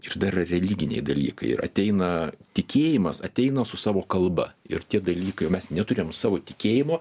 ir dar yra religiniai dalykai ir ateina tikėjimas ateina su savo kalba ir tie dalykai o mes neturim savo tikėjimo